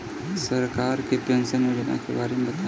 सरकार के पेंशन योजना के बारे में बताईं?